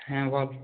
হ্যাঁ বল